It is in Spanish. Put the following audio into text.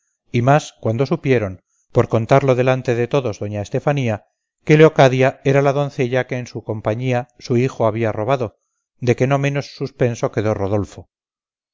y más cuando supieron por contarlo delante de todos doña estefanía que leocadia era la doncella que en su compañía su hijo había robado de que no menos suspenso quedó rodolfo